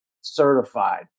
certified